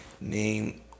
name